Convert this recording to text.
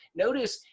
notice,